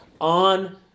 on